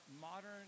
modern